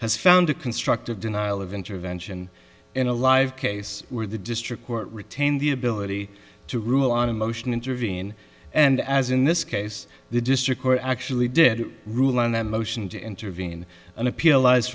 has found a constructive denial of intervention in a live case where the district court retain the ability to rule on a motion intervene and as in this case the district court actually did rule on that motion to intervene on appeal lies